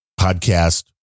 podcast